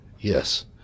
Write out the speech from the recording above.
Yes